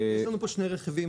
יש לנו פה שני רכיבים,